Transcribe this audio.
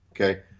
Okay